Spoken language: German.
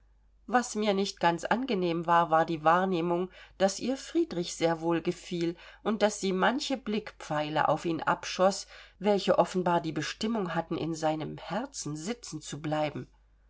was mir nicht ganz angenehm war war die wahrnehmung daß ihr friedrich sehr wohl gefiel und daß sie manche blickpfeile auf ihn abschoß welche offenbar die bestimmung hatten in seinem herzen sitzen zu bleiben